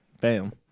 Bam